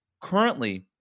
currently